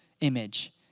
image